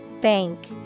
Bank